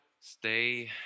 stay